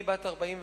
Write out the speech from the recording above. אני בת 45,